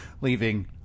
leaving